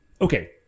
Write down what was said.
Okay